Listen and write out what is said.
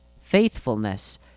faithfulness